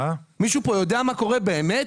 מישהו פה יודע מה קורה באמת?